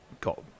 got